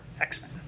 X-Men